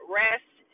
rest